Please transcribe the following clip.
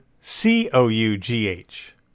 C-O-U-G-H